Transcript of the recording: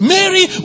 Mary